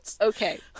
Okay